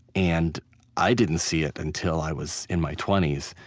and i didn't see it until i was in my twenty s.